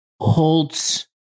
Holtz